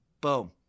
Boom